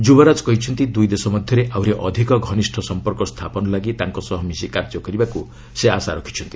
ଯୁବରାଜ କହିଛନ୍ତି ଦୁଇ ଦେଶ ମଧ୍ୟରେ ଆହୁରି ଅଧିକ ଘନିଷ୍ଠ ସମ୍ପର୍କ ସ୍ଥାପନ ଲାଗି ତାଙ୍କ ସହ ମିଶି କାର୍ଯ୍ୟ କରିବାକୁ ସେ ଆଶା ରଖିଛନ୍ତି